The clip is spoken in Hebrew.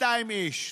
200 איש,